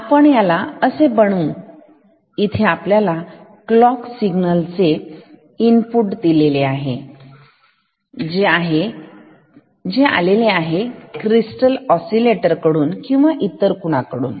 आपण ह्याला असे बनवू इथे आपल्याला क्लॉक सिग्नल चे इनपुट दिलेले आहे जे आलेले असेल क्रिस्टल ओसिलेंटर किंवा इतरही कुणाकडून